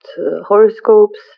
horoscopes